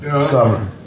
Summer